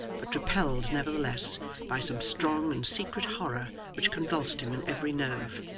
but repelled nevertheless by some strong and secret horror which convulsed him in every nerve.